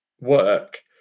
work